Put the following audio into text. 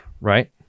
right